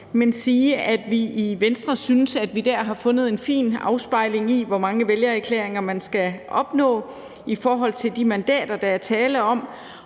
vil sige, at vi i Venstre synes, at vi der har fundet en fin afspejling af, hvor mange vælgererklæringer man skal opnå i forhold til de mandater, der er tale om.